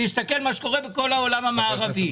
שיסתכל בכל העולם המערבי.